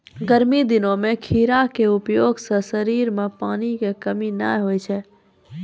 गर्मी दिनों मॅ खीरा के उपयोग सॅ शरीर मॅ पानी के कमी नाय होय छै